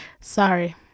sorry